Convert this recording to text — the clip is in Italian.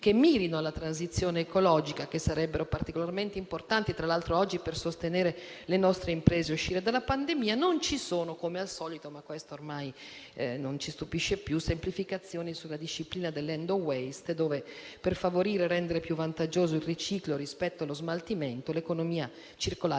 che mirino alla transizione ecologica, che tra l'altro oggi sarebbero particolarmente importanti per sostenere le nostre imprese nell'uscita dalla pandemia. Non ci sono, come al solito - ma questo ormai non ci stupisce più - semplificazioni sulla disciplina dell'*end of waste*, mentre, per favorire e rendere più vantaggioso il riciclo rispetto allo smaltimento, l'economia circolare